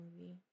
movie